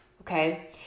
Okay